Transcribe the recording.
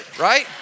right